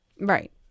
Right